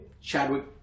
Chadwick